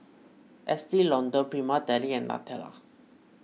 Estee Lauder Prima Deli and Nutella